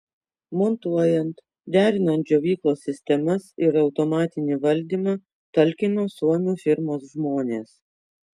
montuojant derinant džiovyklos sistemas ir automatinį valdymą talkino suomių firmos žmonės